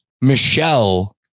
Michelle